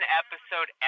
episode